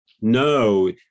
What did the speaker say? No